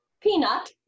peanut